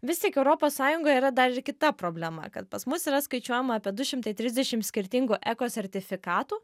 vis tik europos sąjungoje yra dar ir kita problema kad pas mus yra skaičiuojama apie du šimtai trisdešim skirtingų eko sertifikatų